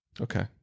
Okay